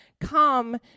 come